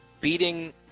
Beating